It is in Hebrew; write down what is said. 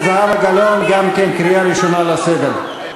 זהבה גלאון, סליחה, אדוני.